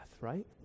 right